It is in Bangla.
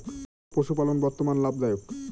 কোন প্রকার পশুপালন বর্তমান লাভ দায়ক?